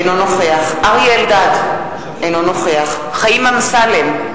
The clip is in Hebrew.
אינו נוכח אריה אלדד, אינו נוכח חיים אמסלם,